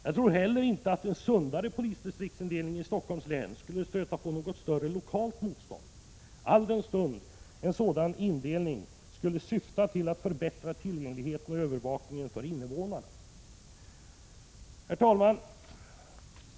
Jag tror inte heller att en sundare polisdistriktsindelning i Stockholms län skulle stöta på något större lokalt motstånd, alldenstund en sådan indelning syftar till att förbättra tillgängligheten och övervakningen för invånarna. Herr talman!